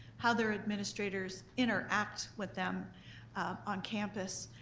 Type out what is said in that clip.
how their administrators interact with them on campus,